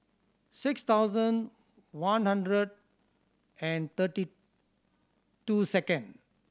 six thousand one hundred and thirty two second